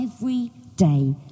everyday